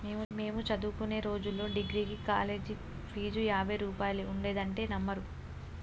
మేము చదువుకునే రోజుల్లో డిగ్రీకి కాలేజీ ఫీజు యాభై రూపాయలే ఉండేదంటే నమ్మరు